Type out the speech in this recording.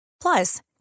Plus